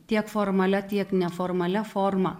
tiek formalia tiek neformalia forma